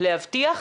להבטיח,